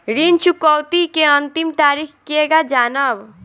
ऋण चुकौती के अंतिम तारीख केगा जानब?